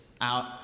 out